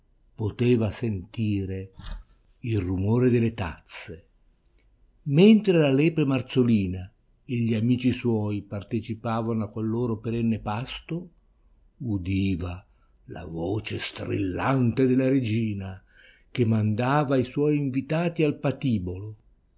vicino poteva sentire il rumore delle tazze mentre la lepre marzolina e gli amici suoi partecipavano a quel loro perenne pasto udiva la voce strillante della regina che mandava i suoi invitati al patibolo anche